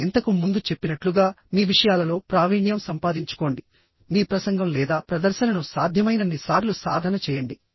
నేను ఇంతకు ముందు చెప్పినట్లుగామీ విషయాలలో ప్రావీణ్యం సంపాదించుకోండి మీ ప్రసంగం లేదా ప్రదర్శనను సాధ్యమైనన్ని సార్లు సాధన చేయండి